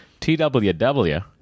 TWW